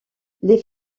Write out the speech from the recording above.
les